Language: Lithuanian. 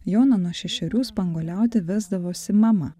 joną nuo šešerių spanguoliauti vesdavosi mama